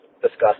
discuss